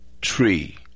tree